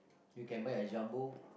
you can buy a jumbo